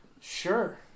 Sure